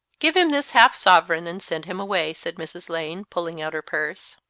give him this half sovereign and send him away, said mrs. lane, pulling out her purse.